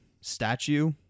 statue